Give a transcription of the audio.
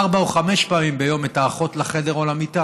ארבע או חמש פעמים ביום את האחות לחדר או למיטה.